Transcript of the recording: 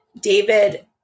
David